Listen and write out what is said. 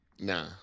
Nah